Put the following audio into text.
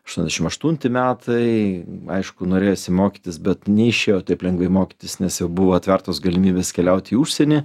aštuoniasdešimt aštunti metai aišku norėjosi mokytis bet neišėjo taip lengvai mokytis nes jau buvo atvertos galimybės keliauti į užsienį